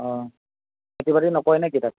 অঁ খেতি বাতি নকৰে নে কি তাত